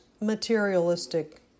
materialistic